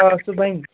آ سُہ بَنہِ